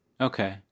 Okay